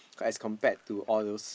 as compared to all those